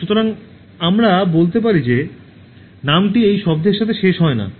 সুতরাং আমরা বলতে পারি যে নামটি এই শব্দটির সাথে শেষ হয় না